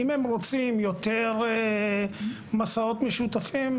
אם הם רוצים יותר מסעות משותפים,